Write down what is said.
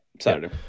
Saturday